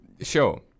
Sure